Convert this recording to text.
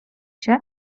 się